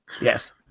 Yes